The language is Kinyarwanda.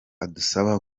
adusaba